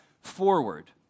forward